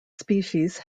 species